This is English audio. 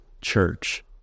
church